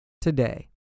today